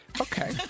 Okay